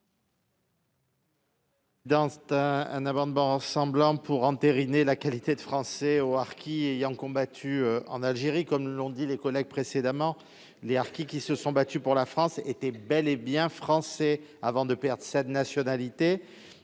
Cet amendement vise à entériner la qualité de Français des harkis qui ont combattu en Algérie. Comme l'ont dit les orateurs précédents, les harkis se sont battus pour la France et ils étaient bel et bien français avant de perdre cette nationalité